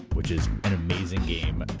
which is an amazing game. and